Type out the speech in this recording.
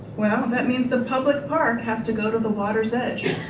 well that means the public park has to go to the water's edge.